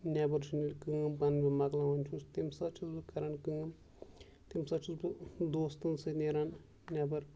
نٮ۪بَر چھُ کٲم پَنٕنۍ مَکلاوان چھُس تمہِ ساتہٕ چھُس بہٕ کَران کٲم تمہِ ساتہٕ چھُس بہٕ دوستَن سۭتۍ نیران نٮ۪بَر